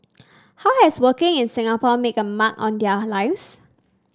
how has working in Singapore make a mark on their lives